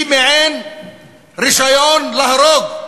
היא מעין רישיון להרוג.